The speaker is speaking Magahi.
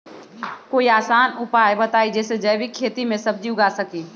कोई आसान उपाय बताइ जे से जैविक खेती में सब्जी उगा सकीं?